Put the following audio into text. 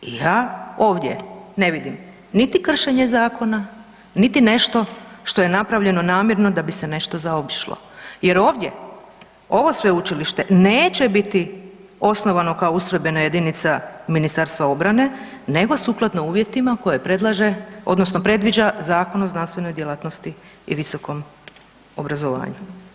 I ja ovdje ne vidim niti kršenje zakona, niti nešto što je napravljeno namjerno da bi se nešto zaobišlo jer ovdje, ovo sveučilište neće biti osnovano kao ustrojbena jedinica Ministarstva obrane nego sukladno uvjetima koje predlaže odnosno predviđa Zakon o znanstvenoj djelatnosti i visokom obrazovanju.